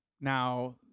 Now